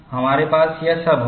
हमारे पास यह सब होगा